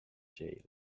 jail